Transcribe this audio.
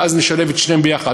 ואז נשלב את שניהם ביחד.